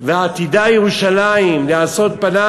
ו"עתידה ירושלים להיעשות פנס"